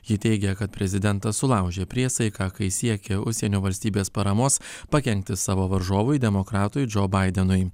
ji teigia kad prezidentas sulaužė priesaiką kai siekė užsienio valstybės paramos pakenkti savo varžovui demokratui džo baidenui